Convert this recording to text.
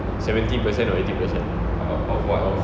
seventy percent or eighty percent